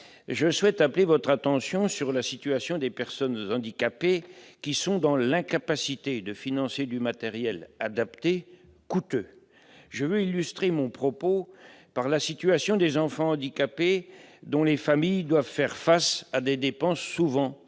d'État, j'appelle votre attention sur la situation des personnes handicapées qui sont dans l'incapacité de financer du matériel adapté coûteux. Pour illustrer mon propos, j'évoquerai la situation des enfants handicapés, dont les familles doivent souvent faire face à des dépenses très